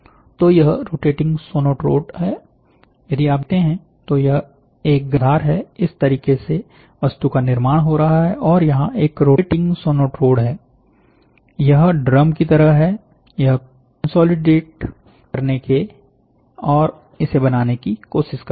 तो यह rotating sonotrode है यदि आप देखते हैं तो यह एक गर्म आधार हैं इस तरीके से वस्तु का निर्माण हो रहा है और यहां एक रोटेटिंग सोनोट्रोड है यह ड्रम की तरह हैयह कंसोलिडेट करने और इसे बनाने की कोशिश करता है